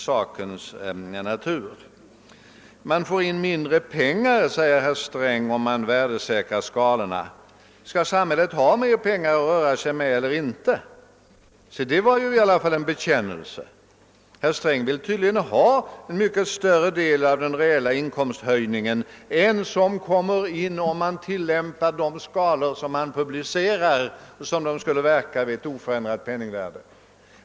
Staten får in mindre pengar om skalorna värdesäkras, säger herr Sträng. Skall samhället ha mer pengar att röra sig med eller inte? — Se, det var en bekännelse! Herr Sträng vill tydligen ha mycket större del av den reella inkomsthöjningen än som kommer in om man tillämpar de skalor som han har publicerat och om de får verka vid oförändrat penningvärde.